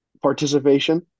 participation